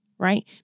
right